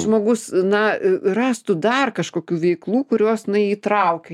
žmogus na rąstų dar kažkokių veiklų kurios na įtraukia